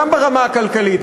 גם ברמה הכלכלית,